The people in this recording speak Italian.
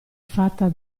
fatta